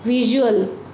visual